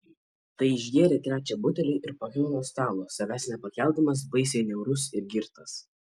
tai išgėrė trečią butelį ir pakilo nuo stalo savęs nepakeldamas baisiai niaurus ir girtas